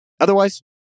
Otherwise